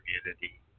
community